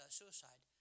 suicide